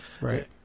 Right